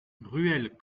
ruelle